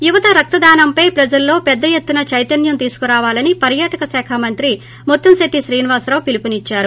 యువత రక్తదానంపై ప్రజల్లో పెద్ద ఎత్తున చైతన్యం తీసుకురావాలని పర్యాటక శాఖ మంత్రి ముత్తంశెట్టి అవంతి శ్రీనివాస్ పిలుపునిచ్చారు